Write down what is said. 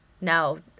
no